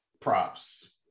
props